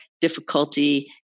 difficulty